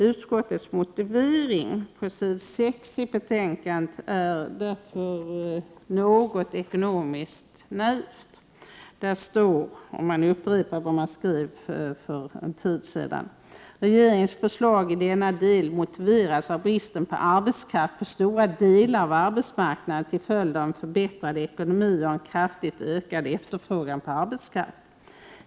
Utskottets motivering på s. 6 i betänkandet är därför något ekonomiskt naivt: ”——— regeringens förslag i denna del motiverades med bristen på arbetskraft på stora delar av arbetsmarknaden till följd av en allmänt förbättrad ekonomi och en kraftigt ökad efterfrågan på arbetskraft.